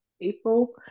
April